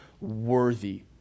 worthy